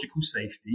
safety